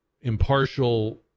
impartial